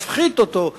להפחית אותו,